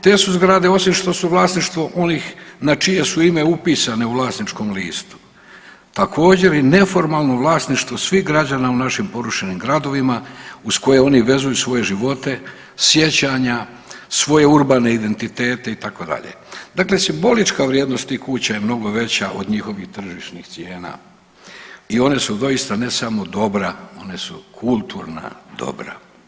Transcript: Te su zgrade osim što su vlasništvo onih na čije su ime upisane u vlasničkom listu također i neformalno vlasništvo svih građana u našim porušenim gradovima uz koje oni vezuju svoje živote, sjećanja, svoje urbane identitete itd., dakle simbolička vrijednost tih kuća je mnogo veća od njihovih tržišnih cijena i one su doista ne samo dobra, one su kulturna dobra.